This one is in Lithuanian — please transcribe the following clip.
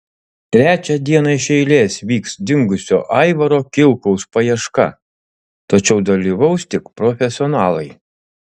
trečią dieną iš eilės vyks dingusio aivaro kilkaus paieška tačiau dalyvaus tik profesionalai